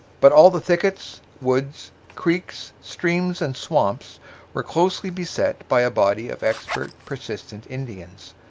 but all the thickets, woods, creeks, streams, and swamps were closely beset by a body of expert, persistent indians,